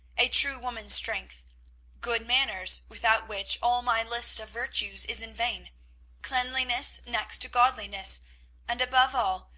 a true woman's strength good manners, without which all my list of virtues is in vain cleanliness next to godliness and, above all,